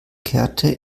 kehrte